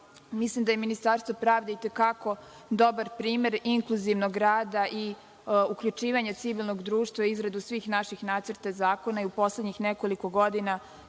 mislim da je Ministarstvo pravde i te kako dobra primer inkluzivnog rada i uključivanja civilnog društva u izradu svih naših nacrta zakona. U poslednjih nekoliko godina